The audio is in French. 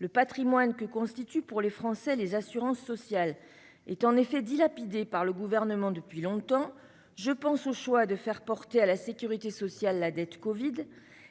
Le patrimoine que constituent pour les Français les assurances sociales est en effet dilapidé par le Gouvernement depuis longtemps. Je pense au choix de faire porter sur la sécurité sociale la dette covid